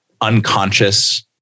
unconscious